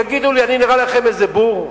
תגידו לי, אני נראה לכם איזה בור?